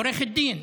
עורכת דין,